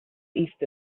east